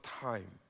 time